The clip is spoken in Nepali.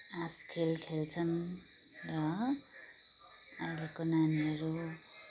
हाँसखेल खेल्छन् र अहिलेको नानीहरू